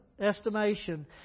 estimation